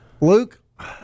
Luke